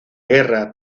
guerra